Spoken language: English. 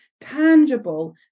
tangible